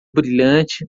brilhante